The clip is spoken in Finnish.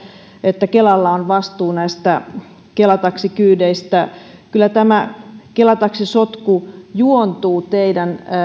että kelalla on vastuu näistä kela taksikyydeistä kyllä tämä kela taksi sotku juontuu teidän